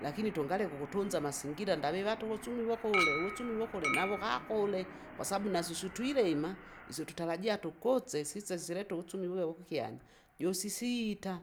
Lakini tungaleka ukutunsa amasingira, ndaviva tukusumi vukule, uvusumi vukule navukakule, kwasabau nasusu twilima, isyo tutarajia tukose sise silete uvuchumi wuve vukukyanya. Jusisita,